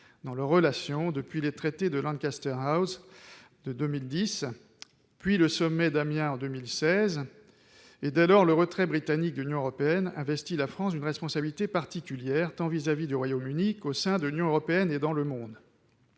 matière de défense, depuis les traités de Lancaster House de 2010, puis le sommet d'Amiens de 2016. Dès lors, le retrait britannique de l'Union européenne investit la France d'une responsabilité particulière, à l'égard tant du Royaume-Uni que de l'Union européenne et du monde.